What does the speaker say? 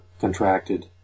contracted